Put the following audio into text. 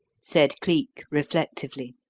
said cleek reflectively.